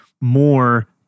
more